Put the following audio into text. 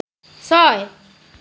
ছয়